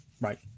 Right